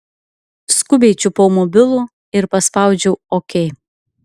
skubiai čiupau mobilų ir paspaudžiau ok